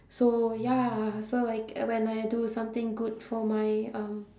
so ya so like when I do something good for my um